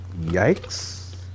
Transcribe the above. Yikes